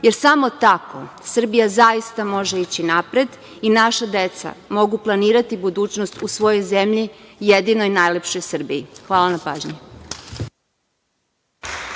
jer samo tako Srbija zaista može ići napred i naša deca mogu planirati budućnost u svojoj zemlji jedinoj i najlepšoj Srbiji. Hvala na pažnji.